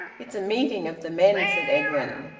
it's a meeting of the men, said edwin.